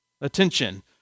attention